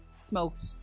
smoked